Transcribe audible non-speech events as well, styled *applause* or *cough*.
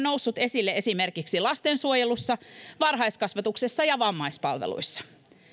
*unintelligible* noussut esille esimerkiksi lastensuojelussa varhaiskasvatuksessa ja vammaispalveluissa